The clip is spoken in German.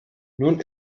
nun